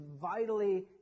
vitally